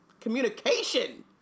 communication